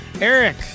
Eric